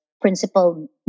Principal